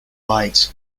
byte